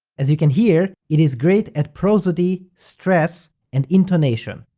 as you can hear, it is great at prosody, stress and intonation,